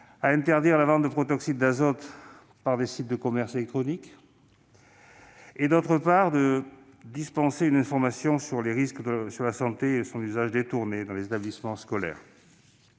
d'interdire la vente de protoxyde d'azote par les sites de commerce électronique. D'autre part, je souhaitais que soit dispensée une information sur les risques pour la santé de son usage détourné dans les établissements scolaires.